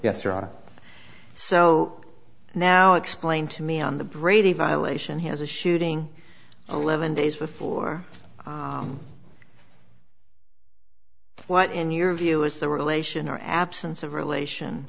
are so now explain to me on the brady violation he has a shooting eleven days before what in your view is the relation or absence of relation